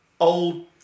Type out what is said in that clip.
Old